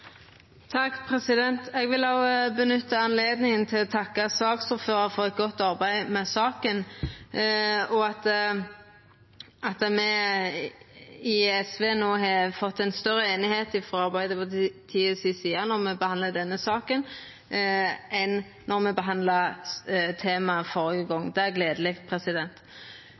Eg vil også nytta høvet til å takka saksordføraren for eit godt arbeid med saka. SV har fått til ei større einigheit med Arbeidarpartiet når me behandlar denne saka no, enn då me behandla temaet førre gong. Det er